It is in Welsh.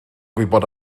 gwybod